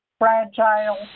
fragile